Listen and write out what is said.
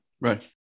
right